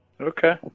Okay